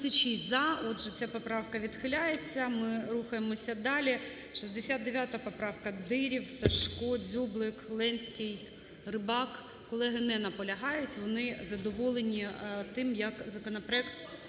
Отже, ця поправка відхиляється. Ми рухаємося далі. 69 поправка, Дирів, Сажко, Дзюблик, Ленський, Рибак. Колеги не наполягають, вони задоволені тим, як законопроект